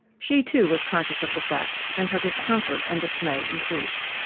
she, too, was conscious of the fact, and her discomfort and dismay increased.